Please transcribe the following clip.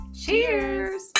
Cheers